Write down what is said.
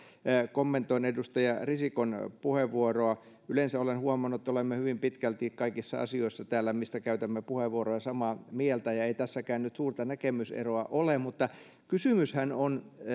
kommentoin edustaja risikon puheenvuoroa yleensä olen huomannut että olemme hyvin pitkälti kaikissa asioissa täällä mistä käytämme puheenvuoroja samaa mieltä eikä tässäkään nyt suurta näkemyseroa ole mutta kysymyshän on